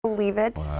believe it?